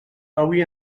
avui